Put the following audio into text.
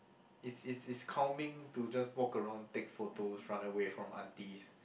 is is is calming to just walk around take photos run away from aunties